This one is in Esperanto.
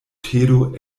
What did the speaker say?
tedo